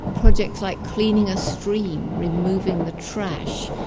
projects like cleaning a stream, removing the trash,